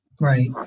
Right